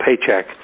paycheck